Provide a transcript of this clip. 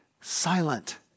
silent